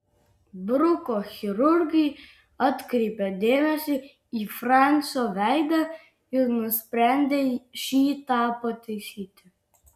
bruko chirurgai atkreipė dėmesį į fransio veidą ir nusprendė šį tą pataisyti